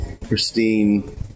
pristine